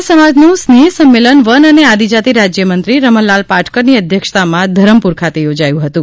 નાયકા સમાજનું સ્ને હ સંમેલન વન અને આદિજાતિ રાજ્યઆમંત્રી રમણલાલ પાટકરની અધ્યનક્ષતામાં ધરમપુર ખાતે યોજાયું હતું